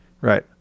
Right